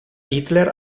hitler